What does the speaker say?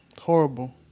Horrible